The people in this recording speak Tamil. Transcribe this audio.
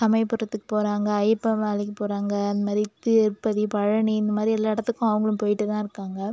சமயபுரத்துக்கு போகிறாங்க ஐயப்பன் மலைக்கு போகிறாங்க அந்த மாதிரி திருப்பதி பழனி இந்த மாதிரி எல்லா இடத்துக்கு அவங்களும் போய்கிட்டு தான் இருக்காங்க